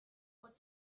what